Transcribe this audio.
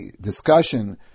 discussion